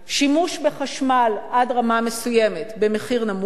שימוש בחשמל עד רמה מסוימת במחיר נמוך מאוד,